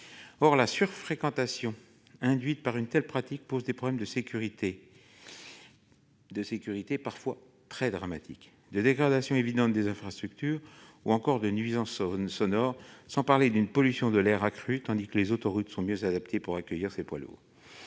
Or la surfréquentation induite par une telle pratique pose des problèmes de sécurité parfois dramatiques, de dégradation évidente des infrastructures ou encore de nuisances sonores, sans parler d'une pollution de l'air accrue, quand les autoroutes sont mieux adaptées pour accueillir ces poids lourds.